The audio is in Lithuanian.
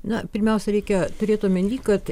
na pirmiausia reikia turėt omenyje kad